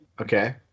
Okay